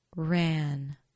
Ran